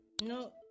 No